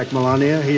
like melania, here